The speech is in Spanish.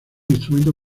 instrumento